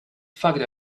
fogged